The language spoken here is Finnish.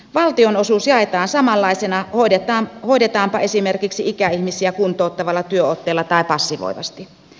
valtionosuus jaetaan samanlaisena hoidetaanpa esimerkiksi ikäihmisiä kuntouttavalla työotteella tai passivoivasti